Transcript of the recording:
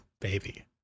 baby